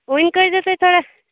وُنۍ کٔرۍزیٚو تُہۍ تھوڑا